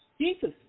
Jesus